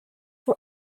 for